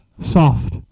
Soft